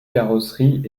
carrosserie